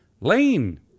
Lane